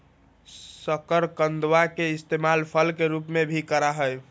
शकरकंदवा के इस्तेमाल फल के रूप में भी करा हई